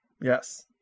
Yes